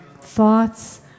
thoughts